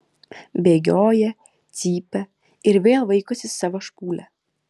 bėgioja cypia ir vėl vaikosi savo špūlę